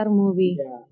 movie